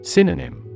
Synonym